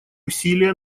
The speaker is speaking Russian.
усилия